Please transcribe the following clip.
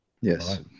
yes